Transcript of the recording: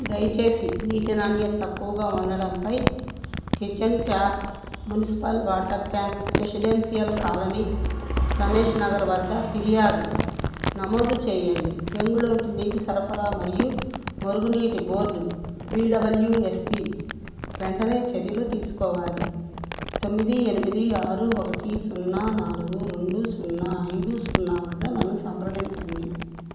దయచేసి నీటి నాణ్యత తక్కువగా ఉండటంపై kitchen tap municipal water tank residential colony Ramesh Nagar వద్ద ఫిర్యాదు నమోదు చెయ్యండి బెంగళూరు నీటి సరఫరా మరియు మురుగునీటి బోర్డు బీడబ్ల్యూఎస్బీ వెంటనే చర్యలు తీసుకోవాలి తొమ్మిది ఎనిమిది ఆరు ఒకటి సున్నా నాలుగు రెండు సున్నా ఐదు సున్నా వద్ద నన్ను సంప్రదించండి